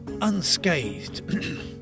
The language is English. unscathed